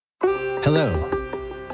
Hello